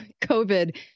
COVID